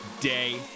day